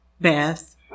Beth